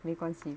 没关系